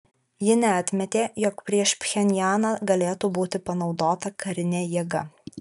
ji neatmetė jog prieš pchenjaną galėtų būti panaudota karinė jėga